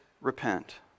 repent